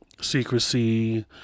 secrecy